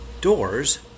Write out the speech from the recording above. doors